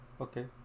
Okay